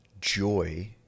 joy